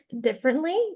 differently